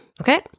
okay